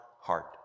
heart